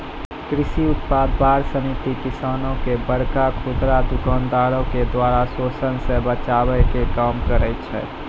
कृषि उत्पाद बार समिति किसानो के बड़का खुदरा दुकानदारो के द्वारा शोषन से बचाबै के काम करै छै